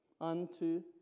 Unto